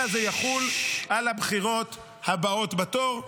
אלא זה יחול על הבחירות הבאות בתור.